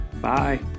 Bye